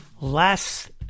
last